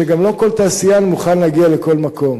שגם לא כל תעשיין מוכן להגיע לכל מקום.